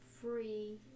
free